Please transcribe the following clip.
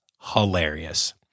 hilarious